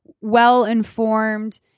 well-informed